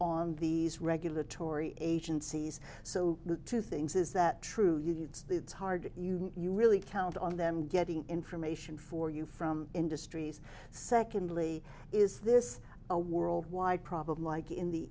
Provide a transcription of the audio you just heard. on these regulatory agencies so two things is that true it's hard you really count on them getting information for you from industries secondly is this a worldwide problem like in the